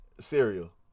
Cereal